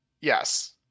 Yes